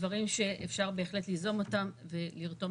דברים שאפשר בהחלט ליזום אותם ולרתום